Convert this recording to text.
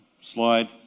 slide